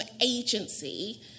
agency